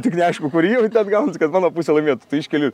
tik neaišku kuri jau ten gaunas kad mano pusė laimėtų tai iškeli